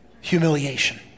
humiliation